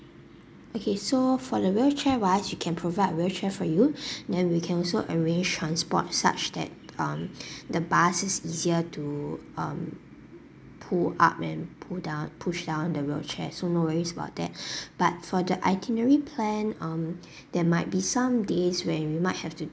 okay so for the wheelchair wise we can provide wheelchair for you and we can also arrange transport such that um the bus is easier to um pull up and pull down push down the wheelchair so no worries about that but for the itinerary plan um there might be some days where you might have to